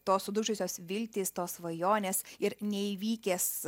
tos sudužusios viltys tos svajonės ir neįvykęs